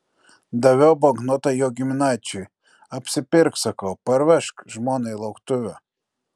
daviau banknotą jo giminaičiui apsipirk sakau parvežk žmonai lauktuvių